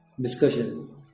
discussion